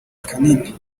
kanini